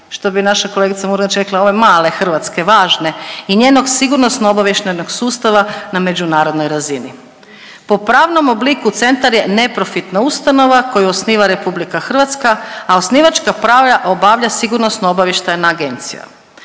što bi naša kolegica Murganić rekla, ove male Hrvatske važne i njenog Sigurnosno-obavještajnog sustava na međunarodnoj razini. Po pravnom obliku centar je neprofitna ustanova koju osniva RH, a osnivačka prava obavlja sigurnosno obavještajna agencija.